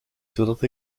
zodat